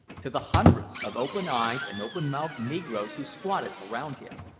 to the hundreds of open-eyed and open-mouthed negroes who squatted around him.